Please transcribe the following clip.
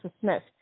Smith